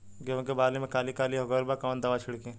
गेहूं के बाली में काली काली हो गइल बा कवन दावा छिड़कि?